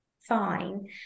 fine